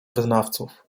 wyznawców